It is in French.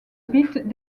bits